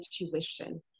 intuition